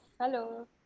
Hello